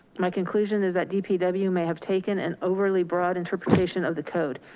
my conclusion is that dpw may have taken an overly broad interpretation of the code.